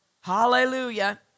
Hallelujah